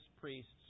priests